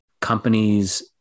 companies